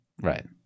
Right